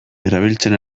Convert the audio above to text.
erabiltzen